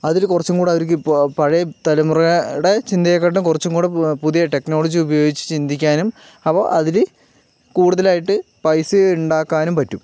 അതില് കുറച്ചുംകൂടെ അവർക്കിപ്പോൾ പഴയ തലമുറയുടെ ചിന്തയേക്കാട്ടും കുറച്ചുംകൂടെ പുതിയ ടെക്നോളജി ഉപയോഗിച്ച് ചിന്തിക്കാനും അപ്പോൾ അതില് കൂടുതലായിട്ട് പൈസ ഉണ്ടാക്കാനും പറ്റും